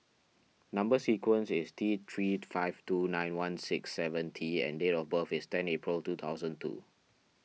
Number Sequence is T three five two nine one six seven T and date of birth is ten April two thousand two